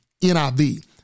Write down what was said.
NIV